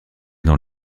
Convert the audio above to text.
dans